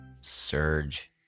Surge